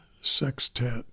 Sextet